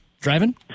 driving